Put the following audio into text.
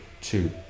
two